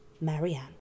Marianne